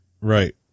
Right